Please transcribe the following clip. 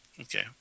Okay